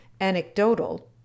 anecdotal